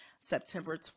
September